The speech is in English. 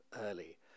early